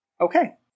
Okay